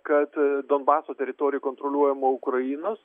kad donbaso teritorija kontroliuojama ukrainos